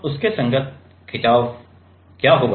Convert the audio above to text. और उसके संगत स्ट्रेन क्या होगा